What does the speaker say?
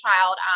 child